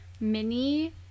mini